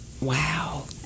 Wow